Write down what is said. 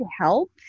help